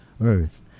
earth